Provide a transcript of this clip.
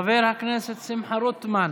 חבר הכנסת שמחה רוטמן,